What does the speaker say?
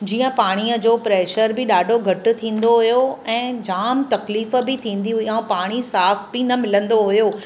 जीअं पाणीअ जो प्रैशर बि ॾाढो घटि थींदो हुओ ऐं जाम तकलीफ़ बि थींदी हुई ऐं पाणी साफ़ बि न मिलंदो हुओ